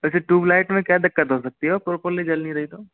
वैसे tube light में क्या दिक्कत हो सकती है प्रोपर्ली जल नहीं रही तो